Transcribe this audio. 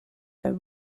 are